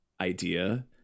idea